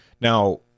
Now